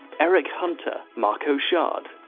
eric hunter, marco shard,